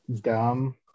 dumb